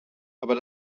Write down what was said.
aber